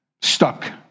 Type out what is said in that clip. stuck